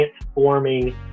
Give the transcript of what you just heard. transforming